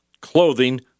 clothing